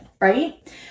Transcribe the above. right